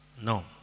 no